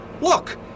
Look